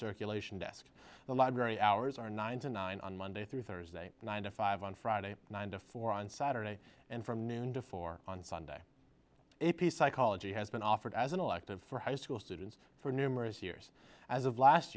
circulation desk the library hours are nine to nine on monday through thursday nine to five on friday nine to four on saturday and from noon to four on sunday a piece psychology has been offered as an elective for high school students for numerous years as of last